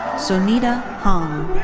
sonita hong.